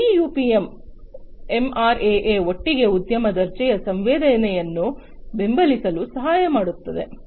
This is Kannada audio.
ಈ ಯುಪಿಎಂ ಎಂಆರ್ಎಎ ಒಟ್ಟಿಗೆ ಉದ್ಯಮ ದರ್ಜೆಯ ಸಂವೇದನೆಯನ್ನು ಬೆಂಬಲಿಸಲು ಸಹಾಯ ಮಾಡುತ್ತದೆ